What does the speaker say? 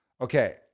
Okay